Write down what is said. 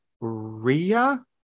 ria